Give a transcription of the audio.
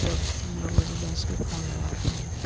जब हम लोग एम्बुलेंस के फोन लगाते हैं